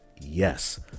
Yes